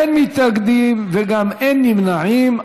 אין מתנגדים וגם אין נמנעים.